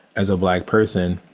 as a black person,